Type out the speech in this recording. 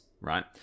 right